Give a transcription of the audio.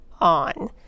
on